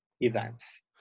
events